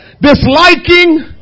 disliking